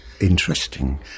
interesting